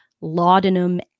laudanum